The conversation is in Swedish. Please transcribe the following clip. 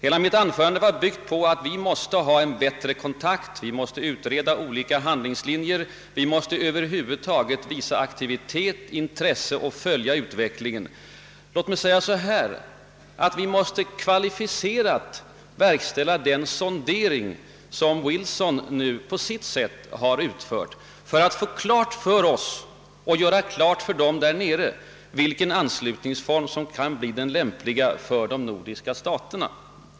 Hela mitt anförande var byggt på att vi måste ha bättre kontakter, utreda olika handlingslinjer, över huvud taget visa aktivitet och intresse samt följa utvecklingen. Eller låt mig säga så här: Vi måste bl.a. göra sådana sonderingar som Wilson nu på sitt sätt har utfört för att göra klart både för oss och för EEC vilken anslutningsform som kan bli den lämpliga för de nordiska staterna.